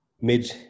mid